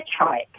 hitchhike